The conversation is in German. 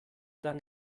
dann